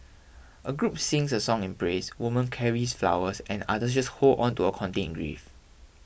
a group sings a song in praise woman carries flowers and others just hold on to a contained grief